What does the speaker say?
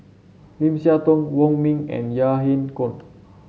Lim Siah Tong Wong Ming and Yahya Cohen